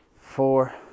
four